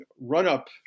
run-up